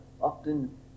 often